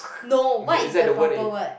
no what is the proper word